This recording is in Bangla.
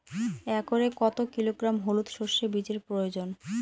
একরে কত কিলোগ্রাম হলুদ সরষে বীজের প্রয়োজন?